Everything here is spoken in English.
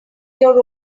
your